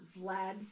Vlad